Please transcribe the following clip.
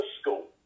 school